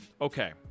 Okay